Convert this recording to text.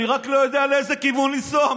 אני רק לא יודע לאיזה כיוון לנסוע,